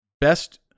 best